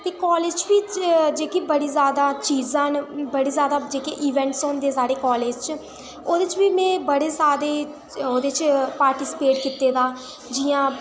ते कॉलेज च बी जेह्की बड़ी ज्यादा चीज़ां न बड़ी ज्यादा एह् इवेंट्स होंदे साढ़े कॉलेज़ च ओह्दे च बी में बड़े सारे ओह्दे च पार्टीस्पेट कीते दा जि'यां